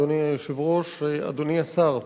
אדוני היושב-ראש, אדוני השר,